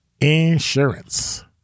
Insurance